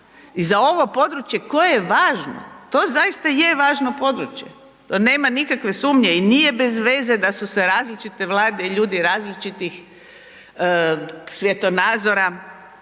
i za ovo područje koje je važno. To zaista je važno područje, to nema nikakve sumnje i nije bez veze da su se različite vlade i ljudi različitih svjetonazora